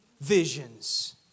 visions